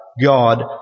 God